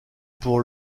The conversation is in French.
pour